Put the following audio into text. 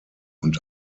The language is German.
und